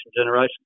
Generation